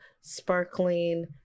sparkling